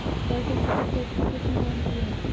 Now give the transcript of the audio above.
सरसों की सबसे अच्छी किस्म कौन सी है?